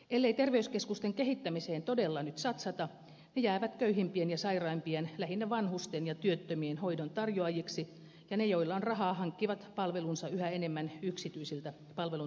ellei terveyskeskusten kehittämiseen todella nyt satsata ne jäävät köyhimpien ja sairaimpien lähinnä vanhusten ja työttömien hoidon tarjoajiksi ja ne joilla on rahaa hankkivat palvelunsa yhä enemmän yksityisiltä palveluntuottajilta